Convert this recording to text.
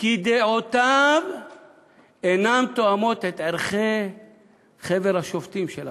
כי דעותיו אינן תואמות את ערכי חבר השופטים של הפרס.